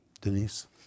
Denise